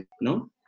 No